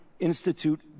Institute